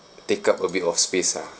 take up a bit of space ah